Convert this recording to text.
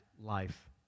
life